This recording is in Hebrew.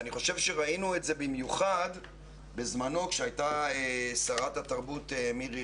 אני חושב שראינו את זה במיוחד בזמנו כשהייתה שרת התרבות מירי